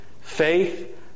faith